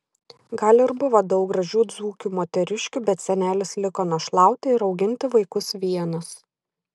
gal ir buvo daug gražių dzūkių moteriškių bet senelis liko našlauti ir auginti vaikus vienas